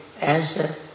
answer